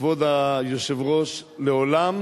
כבוד היושב-ראש, לעולם